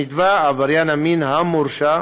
הנתבע, עבריין המין המורשע,